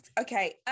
okay